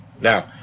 Now